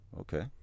Okay